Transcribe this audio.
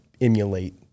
emulate